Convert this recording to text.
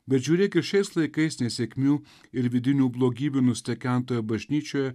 bet žiūrėk ir šiais laikais nesėkmių ir vidinių blogybių nustekentoje bažnyčioje